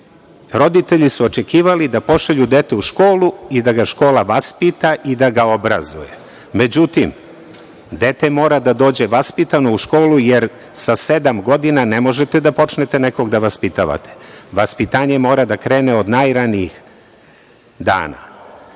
roditelji su očekivali da pošalju dete u školu i da ga škola vaspita i da ga obrazuje. Međutim, dete mora da dođe vaspitano u školu, jer sa sedam godina ne možete da počnete nekog da vaspitavate, vaspitanje mora da krene od najranijih dana.